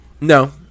No